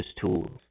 tools